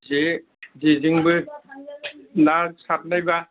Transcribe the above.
जे जेजेंबो ना सारनायबा